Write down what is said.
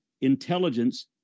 intelligence